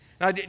Now